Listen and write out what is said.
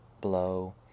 Blow